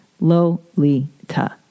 Lolita